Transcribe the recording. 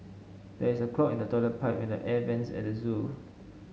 there is a clog in the toilet pipe and the air vents at the zoo